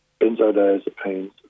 benzodiazepines